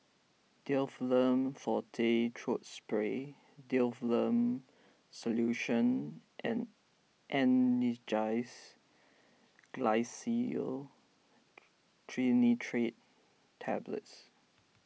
Difflam forte Throat Spray Difflam Solution and Angised Glyceryl Trinitrate Tablets